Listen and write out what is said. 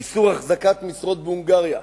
איסור החזקת משרות בהונגריה.